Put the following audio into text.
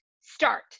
start